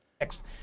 Next